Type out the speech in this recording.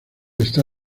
está